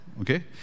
Okay